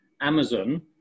Amazon